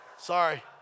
Sorry